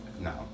No